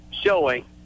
showing